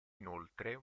inoltre